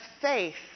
faith